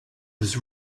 was